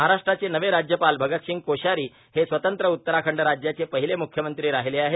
महाराष्ट्राचे नवे राज्यपाल भगतसिंग कोश्यारी हे स्वतंत्र उत्तराखंड राज्याचे पहिले मुख्यमंत्री राहिले आहेत